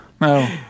no